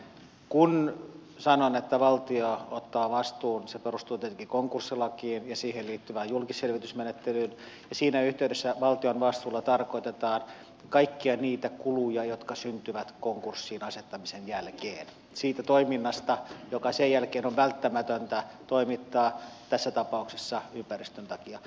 kun sanon että valtio ottaa vastuun se perustuu tietenkin konkurssilakiin ja siihen liittyvään julkisselvitysmenettelyyn ja siinä yhteydessä valtion vastuulla tarkoitetaan kaikkia niitä kuluja jotka syntyvät konkurssiin asettamisen jälkeen siitä toiminnasta joka sen jälkeen on välttämätöntä toimittaa tässä tapauksessa ympäristön takia